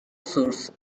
sources